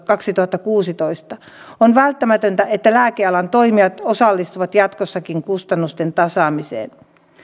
kaksituhattakuusitoista on välttämätöntä että lääkealan toimijat osallistuvat jatkossakin kustannusten tasaamiseen